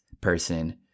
person